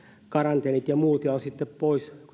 karanteenit ja muut ja he ovat sitten pois